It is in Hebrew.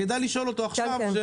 כדאי לשאול אותו עכשיו.